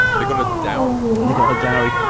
they got a dowry, they got a dowry.